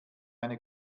eine